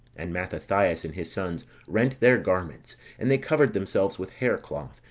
and mathathias and his sons rent their garments, and they covered themselves with haircloth,